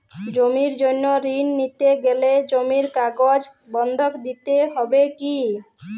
জমির জন্য ঋন নিতে গেলে জমির কাগজ বন্ধক দিতে হবে কি?